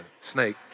snake